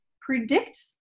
predict